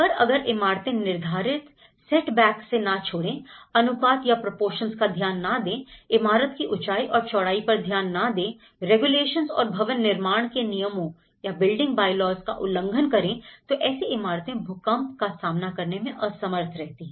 पर अगर इमारतें निर्धारित सेट बेक्स ना छोड़े अनुपात या proportions का ध्यान ना दें इमारत की ऊंचाई और चौड़ाई पर ध्यान ना दें रेगुलेशंस और भवन निर्माण के नियमों का उल्लंघन करें तो ऐसी इमारतें भूकंप का सामना करने में असमर्थ रहती है